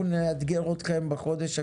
אנחנו נאתגר אתכם בחודש הקרוב.